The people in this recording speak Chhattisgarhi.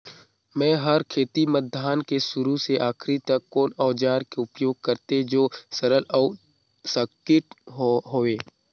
मै हर खेती म धान के शुरू से आखिरी तक कोन औजार के उपयोग करते जो सरल अउ सटीक हवे?